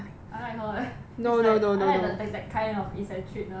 I like her eh it's like I like that that kind of eccentricness